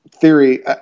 theory